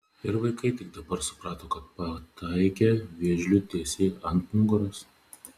ir vaikai tik dabar suprato kad pataikė vėžliui tiesiai ant nugaros